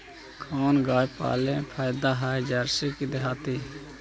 कोन गाय पाले मे फायदा है जरसी कि देहाती?